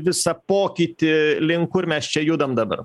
visą pokytį link kur mes čia judam dabar